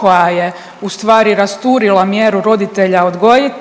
koja je ustvari rasturila mjeru roditelja